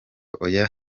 oya